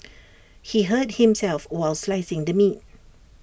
he hurt himself while slicing the meat